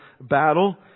battle